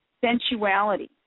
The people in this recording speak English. sensuality